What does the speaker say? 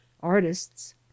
Artists